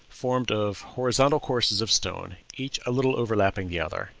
formed of horizontal courses of stone, each a little overlapping the other,